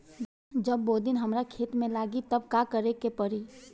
जब बोडिन हमारा खेत मे लागी तब का करे परी?